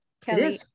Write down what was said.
Kelly